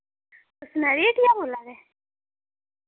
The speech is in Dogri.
तुस सनैरे दी हट्टिया बोल्ला दे